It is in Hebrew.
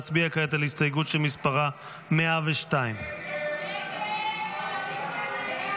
נצביע כעת על ההסתייגות שמספרה 102. הסתייגות 102 לא נתקבלה.